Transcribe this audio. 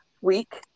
week